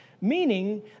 meaning